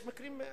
יש מקרים,